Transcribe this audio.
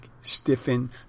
stiffen